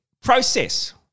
process